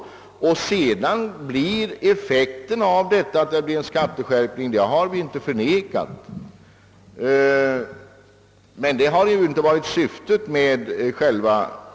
Att effekten härav blir en skatteskärpning har vi inte förnekat, men det har inte varit syftet med förslagen.